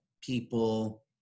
people